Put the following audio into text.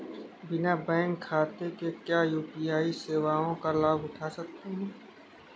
बिना बैंक खाते के क्या यू.पी.आई सेवाओं का लाभ उठा सकते हैं?